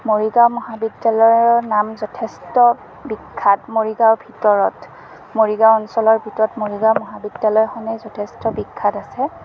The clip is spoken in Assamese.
মৰিগাঁও মহাবিদ্যালয়ৰ নাম যথেষ্ট বিখ্যাত মৰিগাঁৱৰ ভিতৰত মৰিগাঁও অঞ্চলৰ ভিতৰত মৰিগাঁও মহাবিদ্যালয়খনেই যথেষ্ট বিখ্যাত আছে